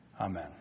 Amen